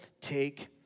take